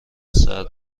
سرد